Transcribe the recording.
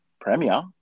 premier